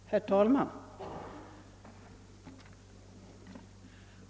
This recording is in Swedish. Herr talman!